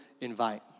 Invite